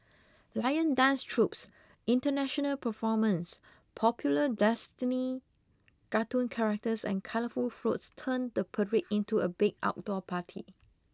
lion dance troupes international performers popular destiny cartoon characters and colourful floats turn the parade into a big outdoor party